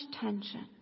tension